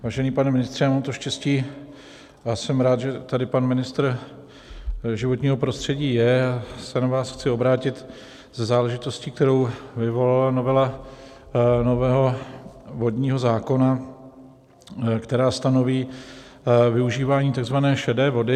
Vážený pane ministře, já mám to štěstí a jsem rád, že tady pan ministr životního prostředí je, a já se na vás chci obrátit se záležitostí, kterou vyvolala novela nového vodního zákona, která stanoví využívání takzvané šedé vody.